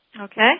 Okay